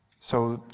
so,